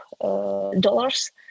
dollars